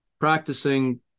practicing